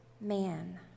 man